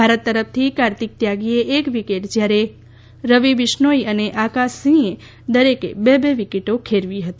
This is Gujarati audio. ભારત તરફથી કાર્તિક ત્યાગીએ એક વિકેટ જ્યારે રવી બિશ્નોઈ અને આકાશ સિંહે દરેકે બે બે વિકેટો ખેરવી હતી